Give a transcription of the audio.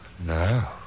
No